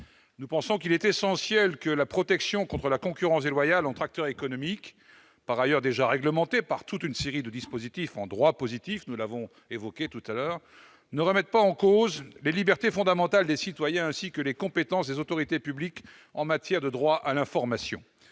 nous pensons qu'il est essentiel que la protection contre la concurrence déloyale entre acteurs économiques, par ailleurs déjà réglementée par toute une série de dispositifs en droit positif- nous les avons déjà évoqués -, ne remette pas en cause les libertés fondamentales des citoyens ainsi que les compétences des autorités publiques en matière de droit à l'information.